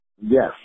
Yes